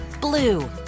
blue